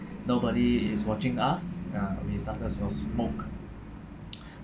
nobody is watching us ya we started you know smoke